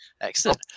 excellent